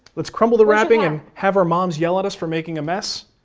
let's crumble the wrapping, and have our moms yell at us for making a mess.